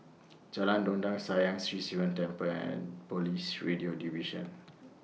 Jalan Dondang Sayang Sri Sivan Temple and Police Radio Division